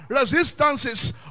resistances